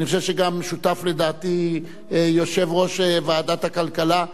אני חושב ששותף לדעתי גם יושב-ראש ועדת הכלכלה.